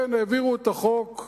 כן, העבירו את החוק.